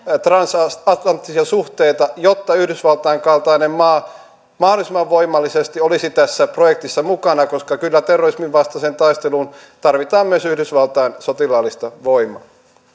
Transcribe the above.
transatlanttisia suhteita jotta yhdysvaltain kaltainen maa mahdollisimman voimallisesti olisi tässä projektissa mukana koska kyllä terrorismin vastaiseen taisteluun tarvitaan myös yhdysvaltain sotilaallista voimaa